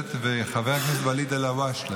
הכנסת ואליד אלהואשלה